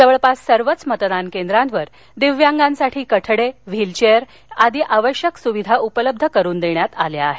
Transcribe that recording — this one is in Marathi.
जवळपास सर्वच मतदार केंद्रांवर दिव्यांगासाठी कठडे व्हीलघेअरची आदी आवश्यक सुविधा उपलब्ध करून देण्यात आली आहे